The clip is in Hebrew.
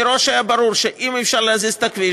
מראש היה ברור שאם אי-אפשר להזיז את הכביש,